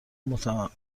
متنوعتر